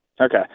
Okay